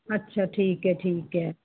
ਅੱਛਾ ਠੀਕ ਹੈ ਠੀਕ ਹੈ